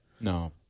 No